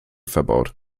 verbaut